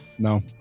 No